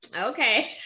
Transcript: okay